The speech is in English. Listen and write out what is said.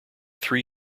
three